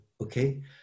okay